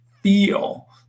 Feel